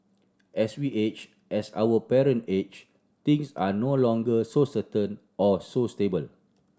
as we age as our parent age things are no longer so certain or so stable